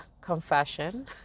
confession